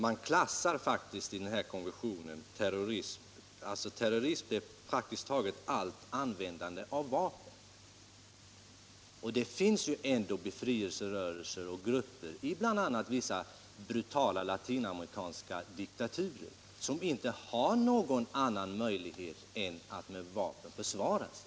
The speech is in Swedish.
Man klassar faktiskt i denna konvention som terrorism praktiskt taget allt användande av vapen. Det finns ändå befrielserörelser och grupper i bl.a. vissa brutala latinamerikanska diktaturer som inte har någon annan möjlighet än att med vapen försvara sig.